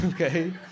okay